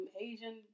Asian